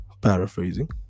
paraphrasing